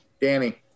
Danny